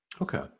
okay